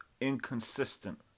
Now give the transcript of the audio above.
inconsistent